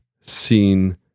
seen